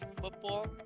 football